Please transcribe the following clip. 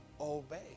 obey